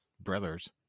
brothers